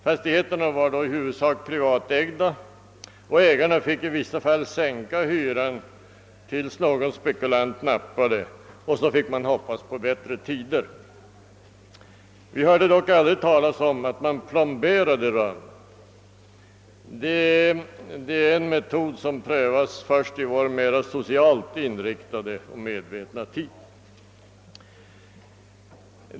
Fastigheterna var då i huvudsak privatägda, och ägarna fick i vissa fall sänka hyran tills någon spekulant nappade, och sedan fick man hoppas på bättre tider. Vi hörde dock aldrig ta las om att man plomberade rum — det är en metod som prövats först i vår mera socialt inriktade och medvetna tid.